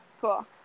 cool